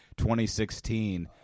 2016